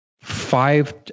five